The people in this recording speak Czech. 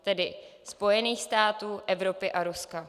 Tedy Spojených států, Evropy a Ruska.